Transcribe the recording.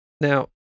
Now